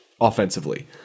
offensively